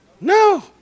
no